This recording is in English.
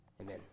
Amen